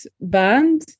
band